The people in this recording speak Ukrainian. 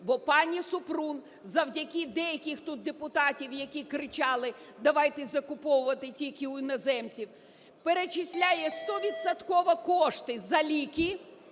Бо пані Супрун завдяки деяких тут депутатів, які кричали "давайте закуповувати тільки в іноземців", перечислює стовідсотково кошти за ліки.